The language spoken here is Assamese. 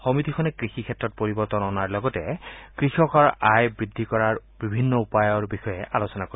সমিতিখনে কষি ক্ষেত্ৰত পৰিৱৰ্তন অনাৰ লগতে কৃষকৰ আয় বৃদ্ধি কৰাৰ বিভিন্ন উপায়ৰ বিষয়ে আলোচনা কৰিব